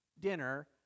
dinner